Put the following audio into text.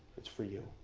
it's for you.